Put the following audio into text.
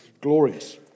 glorious